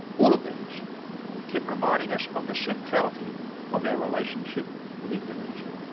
all of these kept reminding us of the centrality of our relationship with indonesia.